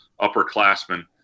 upperclassmen